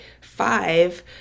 five